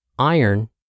iron